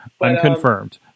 unconfirmed